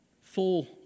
Full